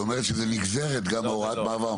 היא אומרת שזה נגזרת להוראת מעבר,